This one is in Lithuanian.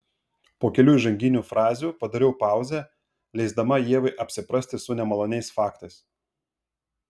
po kelių įžanginių frazių padariau pauzę leisdama ievai apsiprasti su nemaloniais faktais